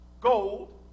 gold